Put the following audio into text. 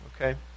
okay